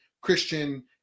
Christian